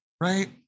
right